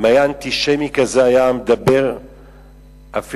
אם היה אנטישמי כזה שהיה מדבר בקמפוס אחר,